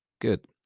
good